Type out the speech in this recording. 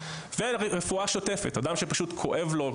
ורפואה שוטפת אדם שפשוט כואב לו,